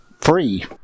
free